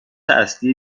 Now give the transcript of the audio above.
اصلی